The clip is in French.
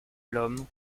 l’homme